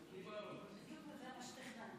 כנסת נכבדה,